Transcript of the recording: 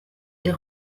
est